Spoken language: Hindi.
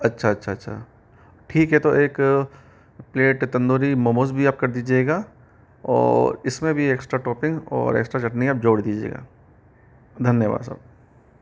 अच्छा अच्छा अच्छा ठीक है तो एक प्लेट तंदूरी मोमोज़ भी आप कर दीजिएगा और इसमें भी एक्स्ट्रा टौपिंग और एक्स्ट्रा चटनी आप जोड़ दीजिएगा धन्यवाद साहब